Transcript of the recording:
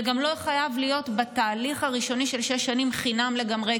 זה גם לא חייב להיות בתהליך הראשוני של שש שנים חינם לגמרי,